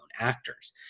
actors